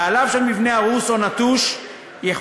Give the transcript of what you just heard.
בעליו של מבנה הרוס או נטוש יחויב